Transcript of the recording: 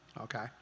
okay